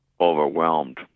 overwhelmed